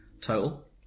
total